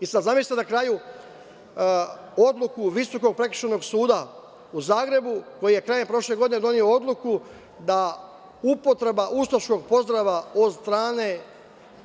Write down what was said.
I sada, zamislite na kraju odluku Visokog prekršajnog suda u Zagrebu koji je krajem prošle godine doneo odluku da upotreba ustaškog pozdrava od strane